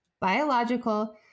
biological